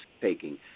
taking